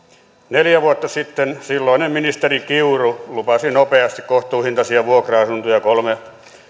neljä vuotta sitten silloinen ministeri kiuru lupasi nopeasti kohtuuhintaisia vuokra asuntoja kolme